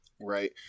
Right